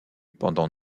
pendant